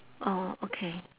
oh okay